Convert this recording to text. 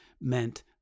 meant